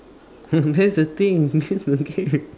that's the thing that's the thing